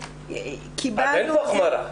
אין כאן החמרה.